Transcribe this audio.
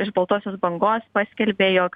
iš baltosios bangos paskelbė jog